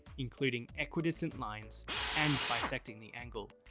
including equidistant lines and bisecting the angle,